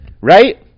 Right